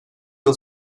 yıl